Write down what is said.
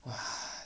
!wah!